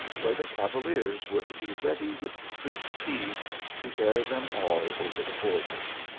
where the cavaliers were to be ready with fleet steeds to bear them all over the borders.